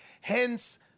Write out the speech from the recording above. Hence